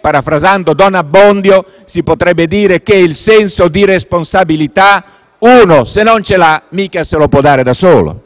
parafrasando don Abbondio, si potrebbe dire che il senso di responsabilità uno se non ce l'ha, mica se lo può dare da solo.